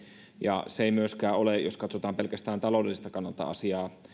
ja jos katsotaan pelkästään taloudelliselta kannalta asiaa